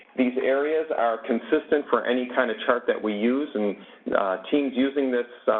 these areas are consistent for any kind of chart that we use, and teams using this